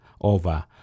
over